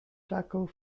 tackle